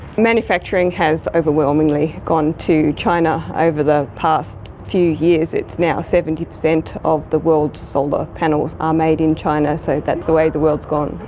manufacturing has overwhelmingly gone to china over the past few years. it's now seventy percent of the world solar panels are made in china, so that's the way the world has gone.